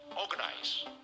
organize